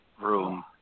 room